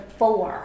four